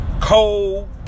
cold